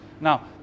now